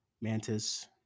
Mantis